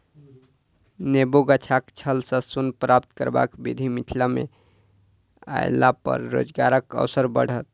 नेबो गाछक छाल सॅ सोन प्राप्त करबाक विधि मिथिला मे अयलापर रोजगारक अवसर बढ़त